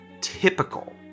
typical